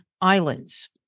islands